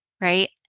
right